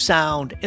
Sound